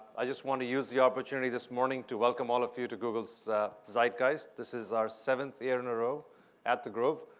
i just want to use the opportunity this morning to welcome all of you to google's zeitgeist. this is our seventh year in a row at the grove.